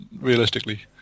realistically